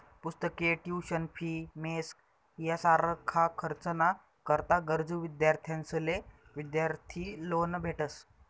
पुस्तके, tuition fee, mess यासारखा खर्च ना करता गरजू विद्यार्थ्यांसले विद्यार्थी लोन भेटस